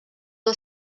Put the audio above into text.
del